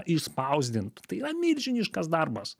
išspausdint tai yra milžiniškas darbas